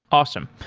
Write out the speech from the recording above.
awesome.